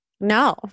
No